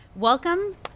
welcome